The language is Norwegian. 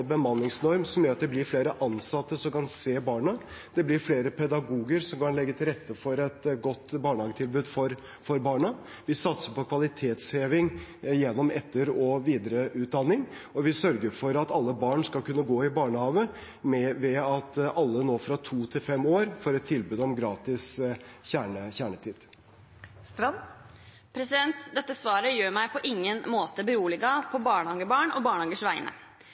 bemanningsnorm som gjør at det blir flere ansatte som kan se barna, og med flere pedagoger som kan legge til rette for et godt barnehagetilbud for barna. Vi satser på kvalitetsheving gjennom etter- og videreutdanning, og vi sørger for at alle barn skal kunne gå i barnehage, ved at alle fra to til fem år nå får et tilbud om gratis kjernetid. Dette svaret gjør meg på ingen måte beroliget på barnehagebarn og barnehagers vegne.